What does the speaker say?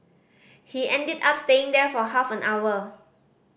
he ended up staying there for half an hour